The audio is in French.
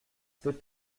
peut